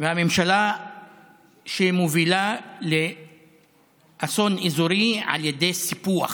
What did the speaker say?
הממשלה שמובילה לאסון אזורי על ידי סיפוח.